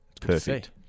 perfect